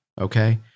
okay